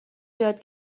یاد